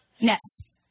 nets